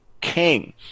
king